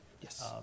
Yes